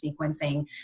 sequencing